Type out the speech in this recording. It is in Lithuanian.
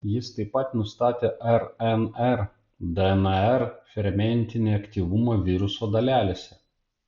jis taip pat nustatė rnr dnr fermentinį aktyvumą viruso dalelėse